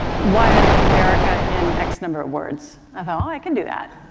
why i love america in x number of words i can do that.